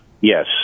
Yes